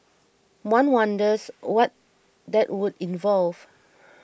one wonders what that would involve